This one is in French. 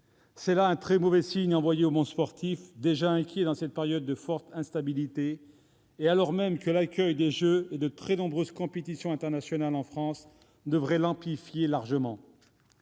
C'est un très mauvais signe envoyé au monde sportif, déjà inquiet dans cette période de forte instabilité, et alors même que l'accueil des Jeux et le déroulement de très nombreuses compétitions internationales en France devraient l'amplifier largement.